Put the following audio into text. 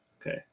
Okay